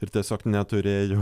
ir tiesiog neturėjau